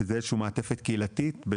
שזו איזושהי מעטפת קהילתית,